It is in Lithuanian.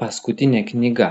paskutinė knyga